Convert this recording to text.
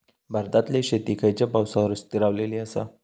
भारतातले शेती खयच्या पावसावर स्थिरावलेली आसा?